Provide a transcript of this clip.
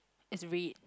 is red